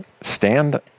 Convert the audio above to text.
stand